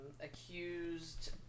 accused